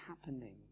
happening